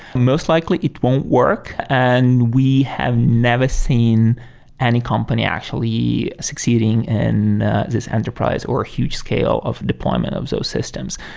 most likely it won't work and we have never seen any company actually succeeding in this enterprise or a huge scale of deployment of those systems.